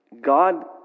God